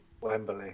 Wembley